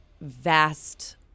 vast